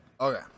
Okay